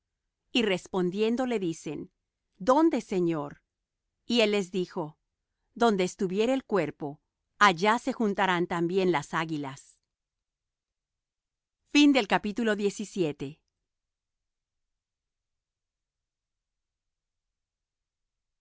y respondiendo le dicen dónde señor y él les dijo donde estuviere el cuerpo allá se juntarán también las águilas y